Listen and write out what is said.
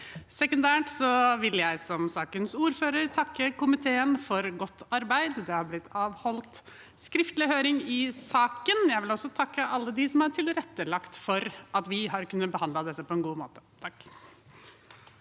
Sekundært vil jeg som sakens ordfører takke komiteen for godt arbeid. Det er blitt avholdt skriftlig høring i saken. Jeg vil også takke alle dem som har tilrettelagt for at vi har kunnet behandle dette på en god måte.